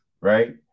right